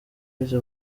bite